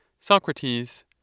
Socrates